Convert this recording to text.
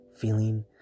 feeling